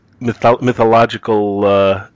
mythological